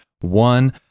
One